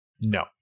No